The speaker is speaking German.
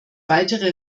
weitere